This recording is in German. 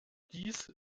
dies